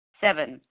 Seven